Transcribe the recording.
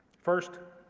first,